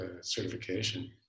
certification